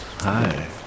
Hi